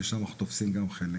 ששם אנחנו גם תופסים חלק.